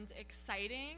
exciting